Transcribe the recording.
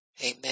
Amen